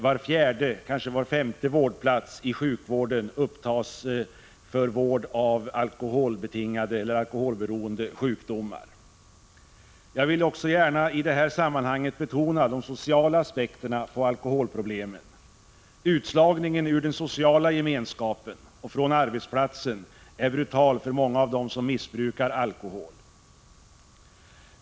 Var fjärde femte vårdplats inom sjukvården upptas för vård av sjukdomar Jag vill i det här sammanhanget gärna betona de sociala aspekterna på alkoholproblemen. Utslagningen ur den sociala gemenskapen och från arbetsplatsen är brutal för många av dem som missbrukar alkohol.